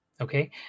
okay